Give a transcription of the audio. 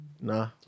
Nah